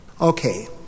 Okay